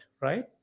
Right